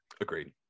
Agreed